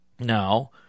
now